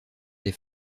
des